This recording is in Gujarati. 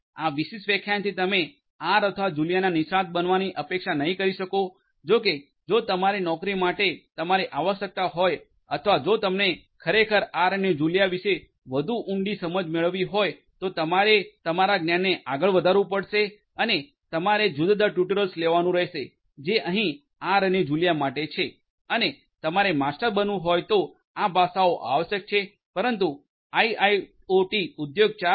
આ વિશિષ્ટ વ્યાખ્યાનથી તમે આર અથવા જુલિયાના નિષ્ણાત બનવાની અપેક્ષા નહિ કરી શકો જો કે જો તમારી નોકરી માટે તમારે આવશ્યકતા હોય અથવા જો તમને ખરેખર આર અને જુલિયા વિશે વધુ ઉડી સમજણ મેળવવી હોય તો તમારે તમારા જ્ઞાનને આગળ વધારવું પડશે અને તમારે જુદા જુદા ટ્યુટોરિયલ્સ લેવાનું રહેશે જે અહીં આર અને જુલિયા માટે છે અને તમારે માસ્ટર બનવું હોય તો આ ભાષાઓ આવશ્યક છે પરંતુ આઇઆઇઓટી ઉદ્યોગ 4